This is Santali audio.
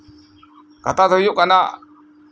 ᱠᱟᱛᱷᱟ ᱫᱚ ᱦᱳᱭᱳᱜ ᱠᱟᱱᱟ